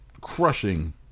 crushing